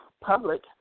public